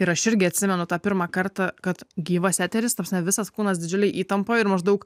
ir aš irgi atsimenu tą pirmą kartą kad gyvas eteris ta prasme visas kūnas didžiulėj įtampoj ir maždaug